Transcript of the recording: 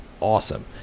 awesome